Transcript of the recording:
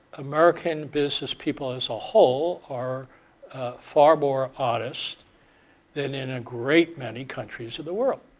american business people as a whole are far more honest than in a great many countries of the world.